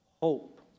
hope